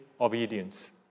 obedience